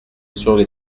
sur